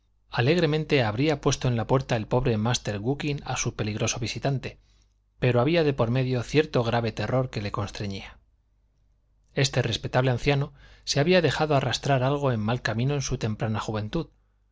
alegremente habría puesto en la puerta el pobre master gookin a su peligroso visitante pero había de por medio cierto grave terror que le constreñía este respetable anciano se había dejado arrastrar algo en mal camino en su temprana juventud